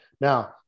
Now